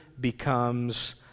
becomes